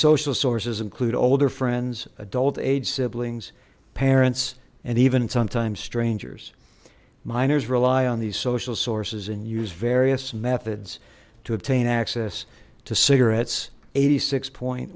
social sources include older friends adult age siblings parents and even sometimes strangers minors rely on these social sources and use various methods to obtain access to cigarettes eighty six point